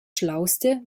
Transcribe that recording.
schlauste